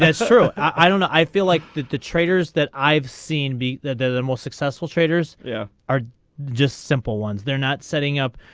etcetera i don't know i feel like the the traders that i've seen be the most successful traders yeah. are just simple ones they're not setting up.